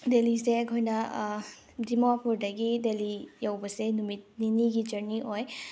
ꯗꯦꯜꯂꯤꯁꯦ ꯑꯩꯈꯣꯏꯅ ꯗꯤꯃꯥꯄꯨꯔꯗꯒꯤ ꯗꯦꯜꯂꯤ ꯌꯧꯕꯁꯦ ꯅꯨꯃꯤꯠ ꯅꯤꯅꯤꯒꯤ ꯖꯔꯅꯤ ꯑꯣꯏ